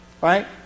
right